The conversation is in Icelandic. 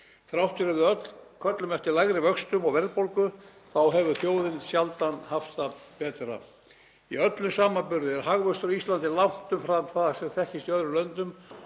Þrátt fyrir að við öll köllum eftir lægri vöxtum og verðbólgu þá hefur þjóðin sjaldan haft það betra. Í öllum samanburði er hagvöxtur á Íslandi langt umfram það sem þekkist í öðrum löndum